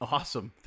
Awesome